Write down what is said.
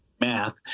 math